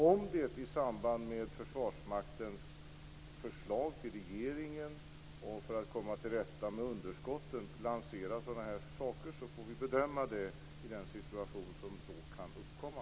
Om det i samband med Försvarsmaktens förslag till regeringen för att komma till rätta med underskotten lanseras sådana här saker, så får vi bedöma det i den situation som då kan uppkomma.